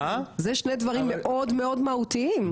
זה שני דברים מאוד מאוד משמעותיים.